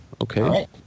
okay